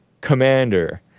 commander